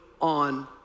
on